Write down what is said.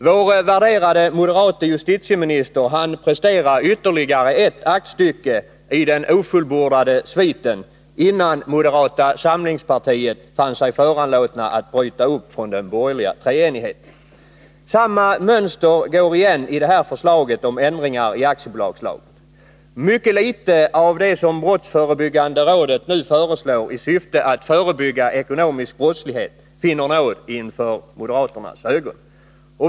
Vår värderade moderate justitieminister presenterade ytterligare ett aktstycke i den ofullbordade sviten, innan moderata samlingspartiet fann sig föranlåtet att bryta upp från den borgerliga treenigheten. Samma mönster går igen i det här förslaget om ändringar i aktiebolagslagen. Mycket litet av det som Brottsförebyggande rådet nu föreslår i syfte att förebygga ekonomisk brottslighet finner nåd inför moderaternas ögon.